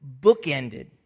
bookended